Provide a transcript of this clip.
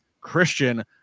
Christian